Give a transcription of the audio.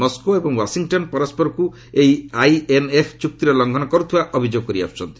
Moscow ଏବଂ Washington ପରସ୍କରକୁ ଏହି ଆଇଏନ୍ଏଫ୍ ଚୁକ୍ତିର ଲ୍ଲୁଘନ କରୁଥିବା ଅଭିଯୋଗ କରିଆସୁଛନ୍ତି